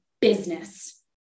business